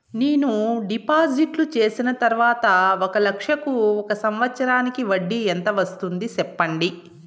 నేను డిపాజిట్లు చేసిన తర్వాత ఒక లక్ష కు ఒక సంవత్సరానికి వడ్డీ ఎంత వస్తుంది? సెప్పండి?